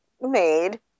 made